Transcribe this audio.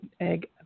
egg